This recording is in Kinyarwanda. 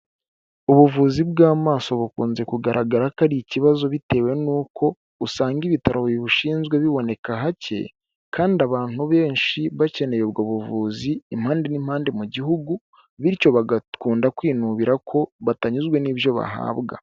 Ubuvuzi bw'amaso bukunze kugaragara ko ari ikibazo bitewe n'uko usanga ibitaro bibushinzwe biboneka hake kandi abantu benshi bakeneye ubwo buvuzi, impande n'impande mu gihugu, bityo bagakunda kwinubira ko batanyuzwe n'ibyo bahabwa.